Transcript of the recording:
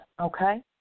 Okay